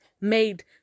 made